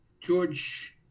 George